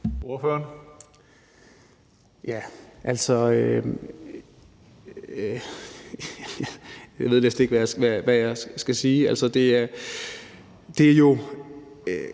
Brandenborg (S): Altså, jeg ved næsten ikke, hvad jeg skal sige. Det er jo